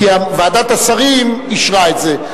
כי ועדת השרים אישרה את זה.